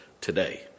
today